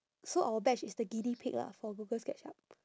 so our batch is the guinea pig lah for google sketchup